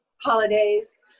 Holidays